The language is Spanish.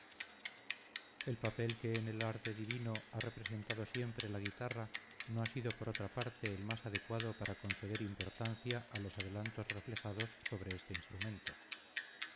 el papel que en el arte divino ha representado siempre la guitarra no ha sido por otra parte el más adecuado para conceder importancia a los adelantos reflejados sobre este instrumento